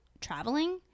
traveling